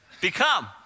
become